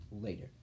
later